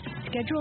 Schedule